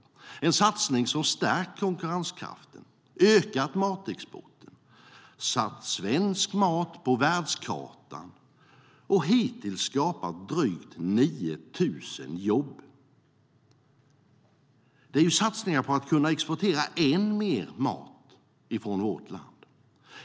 Det är en satsning som har stärkt konkurrenskraften, ökat matexporten, satt svensk mat på världskartan och hittills skapat drygt 9 000 jobb. Det är satsningar på att kunna exportera ännu mer mat från vårt land.